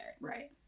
Right